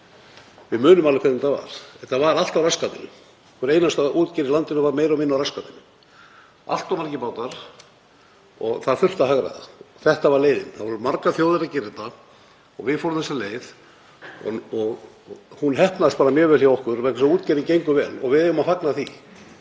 Við munum alveg hvernig þetta var. Þetta var allt á rassgatinu. Hver einasta útgerð í landinu var meira og minna á rassgatinu, allt of margir bátar og það þurfti að hagræða. Þetta var leiðin. Margar þjóðir voru að gera þetta. Við fórum þessa leið og hún heppnaðist mjög vel hjá okkur vegna þess að útgerðin gengur vel og við eigum að fagna því.